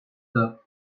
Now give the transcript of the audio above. tape